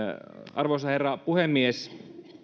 arvoisa herra puhemies